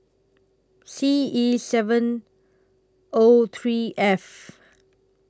C E seven O three F